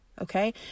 Okay